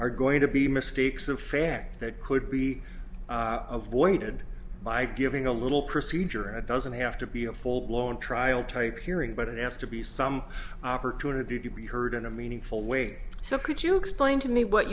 are going to be mistakes of fact that could be avoided by giving a little procedure a doesn't have to be a full blown trial type hearing but it has to be some opportunity to be heard in a meaningful way so could you explain to me what